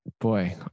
Boy